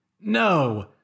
No